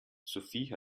sophie